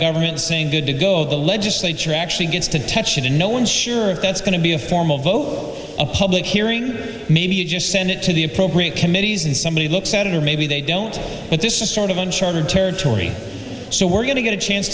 government saying good to go the legislature actually gets to touch it and no one's sure if that's going to be a formal vote a public hearing maybe just send it to the appropriate committees and somebody looks at it or maybe they don't but this is sort of unchartered territory so we're going to get a chance